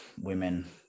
women